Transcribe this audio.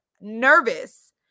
nervous